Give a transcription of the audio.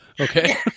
Okay